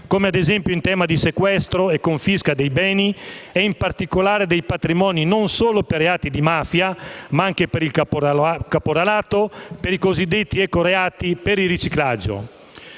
come ad esempio in tema di sequestro e confisca dei beni e in particolare dei patrimoni, non solo per reati di mafia, ma anche per il caporalato, per i cosiddetti ecoreati e per il riciclaggio.